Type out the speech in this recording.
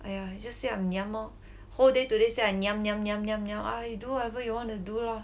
!aiya! just say I ngiam lor whole day today say I ngiam ngiam ngiam ngiam ngiam !aiya! you do whatever you want to do lah